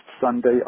Sunday